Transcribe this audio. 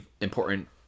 important